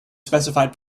specified